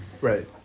Right